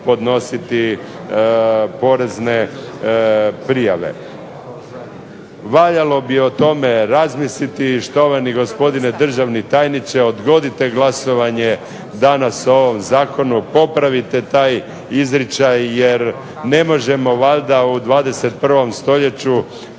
podnositi porezne prijave. Valjalo bi o tome razmisliti, štovani gospodine državni tajniče, odgodite glasovanje danas o ovom zakonu, popravite taj izričaj jer ne možemo valjda u 21. stoljeću